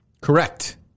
Correct